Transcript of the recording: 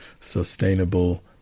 sustainable